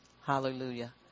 Hallelujah